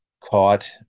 caught